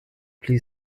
pli